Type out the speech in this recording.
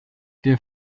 der